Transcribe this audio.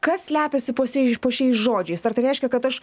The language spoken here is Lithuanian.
kas slepiasi po siais po šiais žodžiais ar tai reiškia kad aš